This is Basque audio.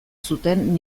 zuten